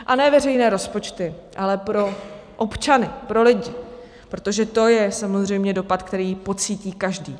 A ne veřejné rozpočty, ale pro občany, pro lidi, protože to je samozřejmě dopad, který pocítí každý.